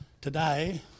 today